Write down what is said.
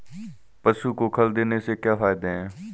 पशु को खल देने से क्या फायदे हैं?